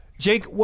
Jake